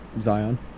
Zion